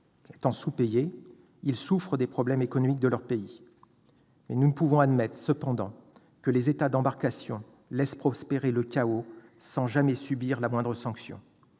car, sous-payés, ils souffrent des problèmes économiques de leur pays. Nous ne pouvons cependant admettre que les États d'embarquement laissent prospérer le chaos sans jamais subir la moindre sanction.